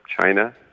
China